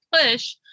push